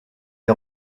est